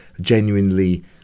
genuinely